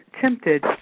tempted